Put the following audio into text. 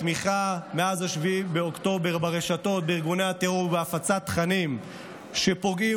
התמיכה מאז 7 באוקטובר ברשתות בארגוני הטרור והפצת תכנים שפוגעים